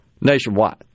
nationwide